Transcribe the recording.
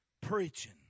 preaching